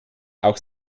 auch